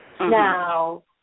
Now